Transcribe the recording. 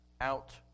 out